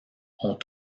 ont